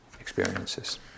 experiences